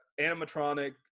animatronic